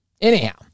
Anyhow